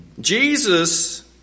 Jesus